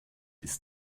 ist